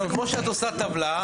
זה כמו שאת עושה טבלה,